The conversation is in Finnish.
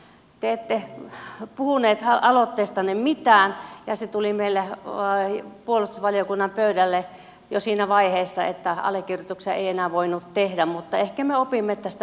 te ette puhunut aloitteestanne mitään ja se tuli meille puolustusvaliokunnan pöydälle jo siinä vaiheessa että allekirjoituksia ei enää voinut tehdä mutta ehkä me opimme tästä molemmat jotakin